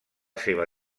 seva